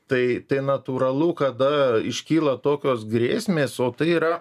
tai tai natūralu kada iškyla tokios grėsmės o tai yra